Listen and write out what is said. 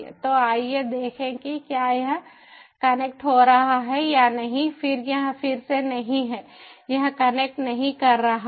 तो आइए देखें कि क्या यह कनेक्ट हो रहा है या नहीं फिर यह फिर से नहीं है यह कनेक्ट नहीं कर रहा है